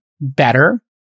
better